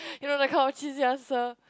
you know that kind of cheesy answer